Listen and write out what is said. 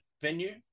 venue